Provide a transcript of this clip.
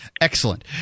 Excellent